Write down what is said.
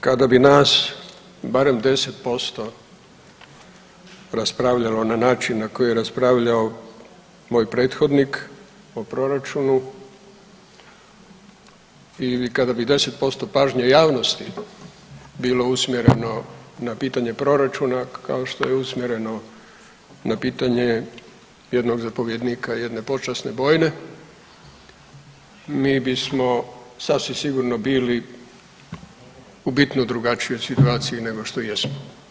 Kada bi nas barem deset posto raspravljalo na način na koji je raspravljao moj prethodnik o proračunu i kada bi deset posto pažnje javnosti bilo usmjereno na pitanje proračuna kao što je usmjereno na pitanje jednog zapovjednika jedne počasne bojne mi bismo sasvim sigurno bili u bitno drugačijoj situaciji nego što jesmo.